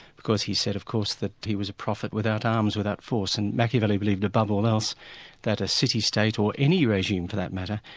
because he said of course that he was a prophet without arms, without force, and machiavelli believed that above all else that a city-state, or any regime for that matter,